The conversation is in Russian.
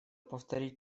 повторить